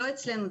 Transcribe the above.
לא אצלנו,